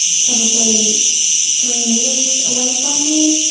probably three metres away from me.